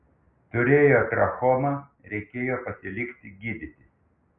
turėjo trachomą reikėjo pasilikti gydytis